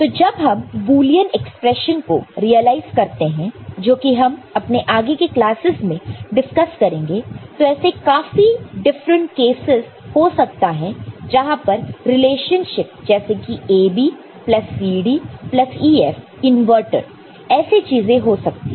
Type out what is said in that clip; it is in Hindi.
तो जब हम बूलीयन एक्सप्रेशन को रियलाइज करते हैं जो कि हम अपने आगे के क्लासेस में डिस्कस करेंगे तो ऐसे काफी डिफरेंट केसस हो सकता है जहां पर रिलेशनशिप जैसे कि AB plus CD plus EF inverted ऐसी चीजें हो सकती है